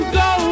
go